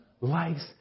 likes